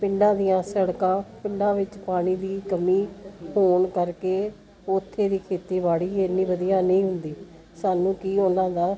ਪਿੰਡਾਂ ਦੀਆਂ ਸੜਕਾਂ ਪਿੰਡਾਂ ਵਿੱਚ ਪਾਣੀ ਦੀ ਕਮੀ ਹੋਣ ਕਰਕੇ ਉੱਥੇ ਦੀ ਖੇਤੀਬਾੜੀ ਇੰਨੀ ਵਧੀਆ ਨਹੀਂ ਹੁੰਦੀ ਸਾਨੂੰ ਕੀ ਉਹਨਾਂ ਦਾ